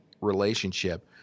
relationship